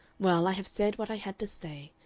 well, i have said what i had to say,